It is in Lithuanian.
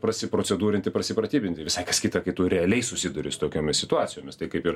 prasiprocedūrinti prasipratybinti visai kas kita tai tu realiai susiduri su tokiomis situacijomis tai kaip ir